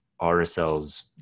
RSL's